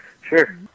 Sure